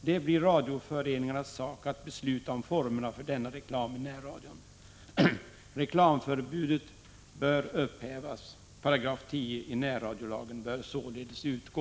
Det blir radioföreningarnas sak att besluta om formerna för denna reklam i närradion. Reklamförbudet bör upphävas. 10 § närradiolagen bör således utgå.